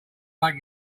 make